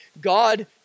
God